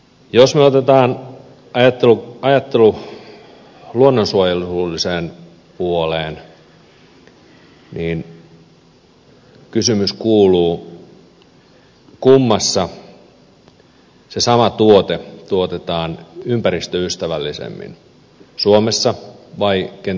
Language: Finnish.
jos me ajattelemme luonnonsuojelullista puolta niin kysymys kuuluu kummassa se sama tuote tuotetaan ympäristöystävällisemmin suomessa vai kenties kiinassa